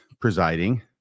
presiding